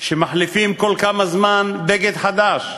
שמחליפים כל זמן מה לבגד חדש,